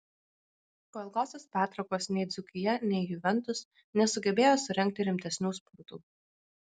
po ilgosios pertraukos nei dzūkija nei juventus nesugebėjo surengti rimtesnių spurtų